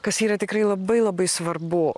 kas yra tikrai labai labai svarbu